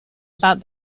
about